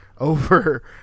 over